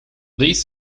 these